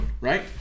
Right